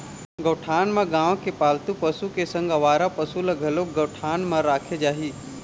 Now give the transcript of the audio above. गौठान म गाँव के पालतू पशु के संग अवारा पसु ल घलोक गौठान म राखे जाही